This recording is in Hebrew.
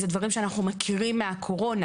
אלה דברים שאנחנו מכירים מהקורונה